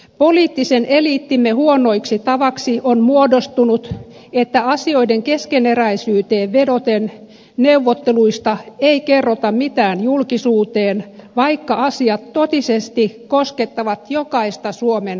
poliittisen eliittimme huonoksi tavaksi on muodostunut että asioiden keskeneräisyyteen vedoten neuvotteluista ei kerrota mitään julkisuuteen vaikka asiat totisesti koskettavat jokaista suomen kansalaista